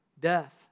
death